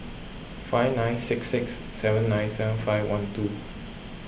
five nine six six seven nine seven five one two